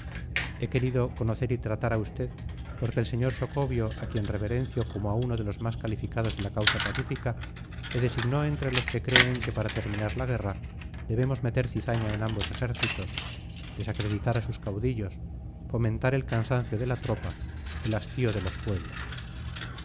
he querido conocer y tratar a usted porque el señor socobio a quien reverencio como a uno de los más calificados de la causa pacífica le designó entre los que creen que para terminar la guerra debemos meter cizaña en ambos ejércitos desacreditar a sus caudillos fomentar el cansancio de la tropa el hastío de los pueblos